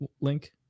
link